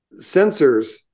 sensors